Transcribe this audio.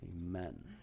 Amen